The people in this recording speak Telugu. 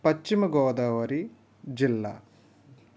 పశ్చిమ గోదావరి జిల్లా